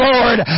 Lord